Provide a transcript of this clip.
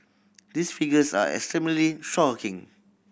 these figures are extremely shocking